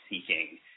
seeking